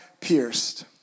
pierced